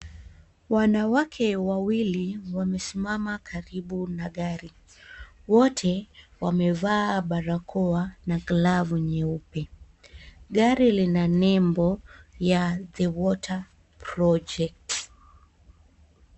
Wanawake wawili, wamesimama karibu na gari. Wote wamevaa barakoa na glovu nyeupe. Gari lina nembo ya, The water project .